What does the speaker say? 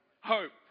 hope